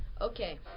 Okay